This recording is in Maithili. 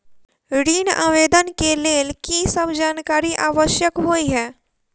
ऋण आवेदन केँ लेल की सब जानकारी आवश्यक होइ है?